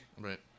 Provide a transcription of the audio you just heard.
Right